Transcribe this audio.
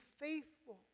faithful